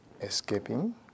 Escaping